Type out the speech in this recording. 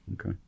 Okay